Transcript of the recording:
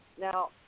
Now